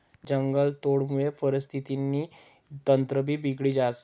जंगलतोडमुये परिस्थितीनं तंत्रभी बिगडी जास